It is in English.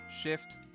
shift